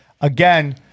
again